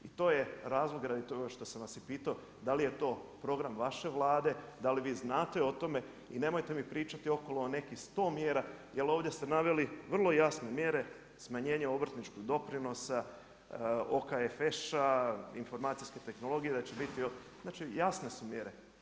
I to je razlog radi toga što sam vas i pitao, dal i je to program vaše Vlade, da li vi znate o tome i nemojte mi pričati okolo o nekih 100 mjera jer ovdje ste naveli vrlo jasne mjere, smanjenje obrtničkog doprinosa, OKFŠ-a, informacijske tehnologije, da će biti, znači jasne su mjere.